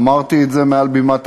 אמרתי את זה מעל בימת הכנסת,